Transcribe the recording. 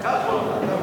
קח אותה.